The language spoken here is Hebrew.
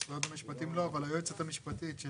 של משרד המשפטים לא, אבל היועצת המשפטית של